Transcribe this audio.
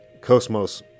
Cosmos